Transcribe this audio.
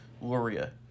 Luria